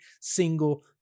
single